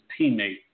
teammate